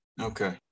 Okay